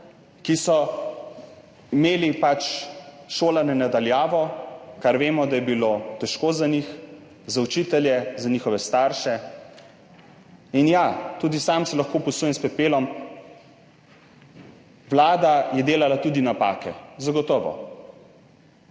ki so imeli šolanje na daljavo, kar vemo, da je bilo težko za njih, za učitelje, za njihove starše. In ja, tudi sam se lahko posujem s pepelom, Vlada je delala tudi napake, zagotovo.